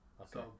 okay